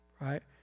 right